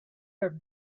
have